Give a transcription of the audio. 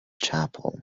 chapel